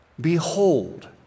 behold